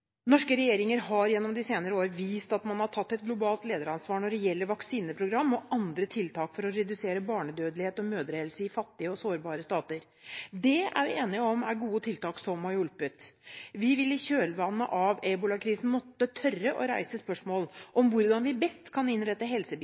Norske regjeringer har gjennom de senere år vist at man har tatt et globalt lederansvar når det gjelder vaksineprogram og andre tiltak for å redusere barnedødelighet, og for å bedre mødrehelse i fattige og sårbare stater. Det er vi enige om er gode tiltak som har hjulpet. Vi vil i kjølvannet av ebolakrisen måtte tørre å reise spørsmål om hvordan vi best kan innrette